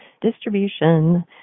distribution